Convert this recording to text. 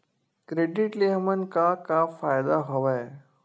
Credit ले हमन का का फ़ायदा हवय?